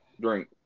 drink